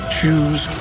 choose